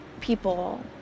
people